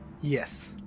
Yes